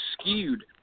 skewed